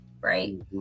right